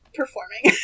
performing